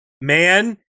man